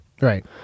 Right